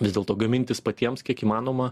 vis dėlto gamintis patiems kiek įmanoma